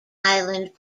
island